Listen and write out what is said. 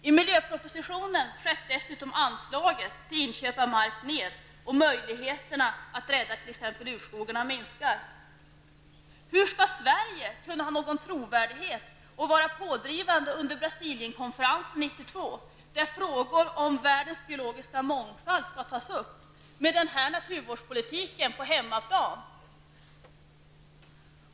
I miljöpropositionen skärs dessutom anslaget till inköp av mark ned, och möjligheterna att rädda t.ex. urskogarna minskar. Hur skall Sverige kunna ha någon trovärdighet och kunna vara pådrivande under Brasilienkonferensen 1992, där frågor om världens biologiska mångfald skall tas upp med den här naturvårdspolitiken på hemmaplan?